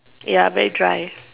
ya very dry